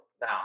Now